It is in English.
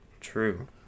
True